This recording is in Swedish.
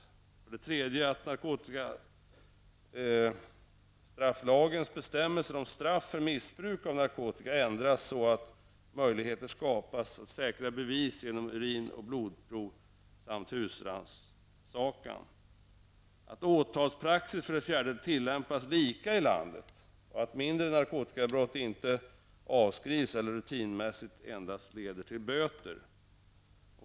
För det tredje skall narkotikastrafflagens bestämmelse om straff för missbruk av narkotika ändras så att möjligheter skapas att säkra bevis genom urin och blodprov samt husrannsakan. För det fjärde skall åtalspraxis tillämpas lika i landet och mindre narkotikabrott ej avskrivas eller rutinmässigt endast leda till böter.